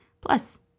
Plus